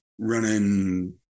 running